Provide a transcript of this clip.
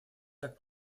так